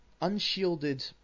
unshielded